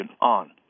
on